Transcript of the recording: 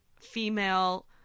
female